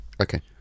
Okay